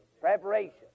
Preparation